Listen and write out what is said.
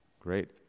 Great